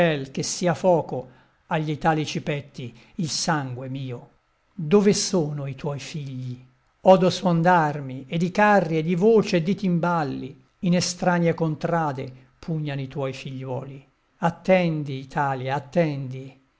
che sia foco agl'italici petti il sangue mio dove sono i tuoi figli odo suon d'armi e di carri e di voci e di timballi in estranie contrade pugnano i tuoi figliuoli attendi italia attendi